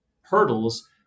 hurdles